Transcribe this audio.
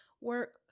work